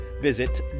visit